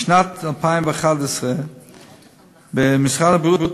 בשנת 2011 משרד הבריאות,